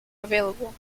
available